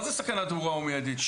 מה זו "סכנה ברורה ומיידית".